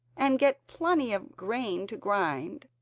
and get plenty of grain to grind,